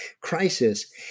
crisis